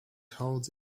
holds